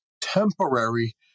temporary